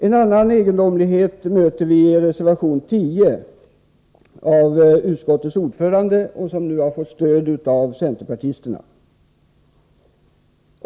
En annan egendomlighet möter vi i reservation 10 av utskottets ordförande. Den reservationen har nu också fått stöd av centerpartisterna.